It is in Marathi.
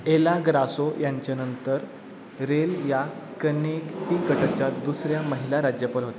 एला ग्रासो यांच्यानंतर रेल या कनेक्टिकटच्या दुसऱ्या महिला राज्यपाल होत्या